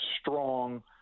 strong